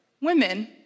women